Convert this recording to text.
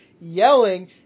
yelling